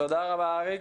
תודה רבה, אריק.